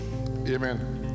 Amen